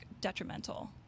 detrimental